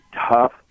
tough